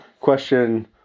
question